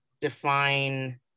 define